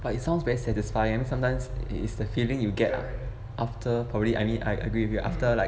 but it sounds very satisfying but sometimes it's the feeling you get lah after probably I mean I agree with you after like